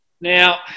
Now